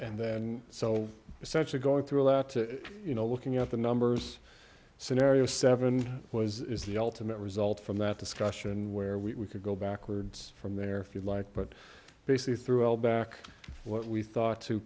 and then so essentially going through a lot you know looking at the numbers scenario seven was is the ultimate result from that discussion where we could go backwards from there if you like but basically threw all back what we thought to